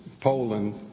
Poland